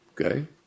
Okay